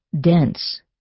dense